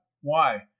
Why